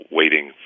waiting